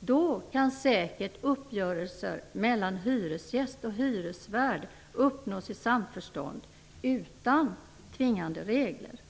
Då kan säkert uppgörelser mellan hyresgäst och hyresvärd uppnås i samförstånd utan tvingande regler.